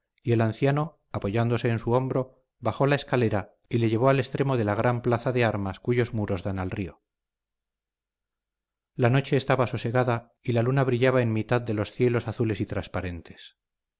y el anciano apoyándose en su hombro bajó la escalera y le llevó al extremo de la gran plaza de armas cuyos muros dan al río la noche estaba sosegada y la luna brillaba en mitad de los cielos azules y transparentes